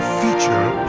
feature